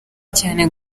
cyane